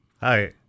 hi